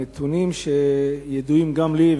מנתונים שידועים גם לי,